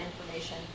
information